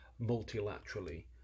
multilaterally